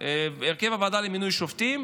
למינוי שופטים